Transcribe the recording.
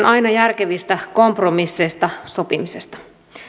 aina järkevistä kompromisseista sopimisesta